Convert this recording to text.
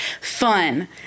fun